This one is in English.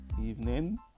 evening